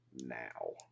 now